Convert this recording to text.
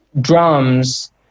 drums